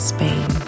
Spain